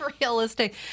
realistic